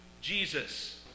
Jesus